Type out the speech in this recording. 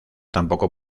tampoco